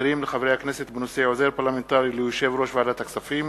אחרים לחברי הכנסת בנושא: עוזר פרלמנטרי ליושב-ראש ועדת הכספים.